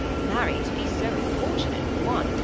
marry, to be so importunate for one,